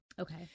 Okay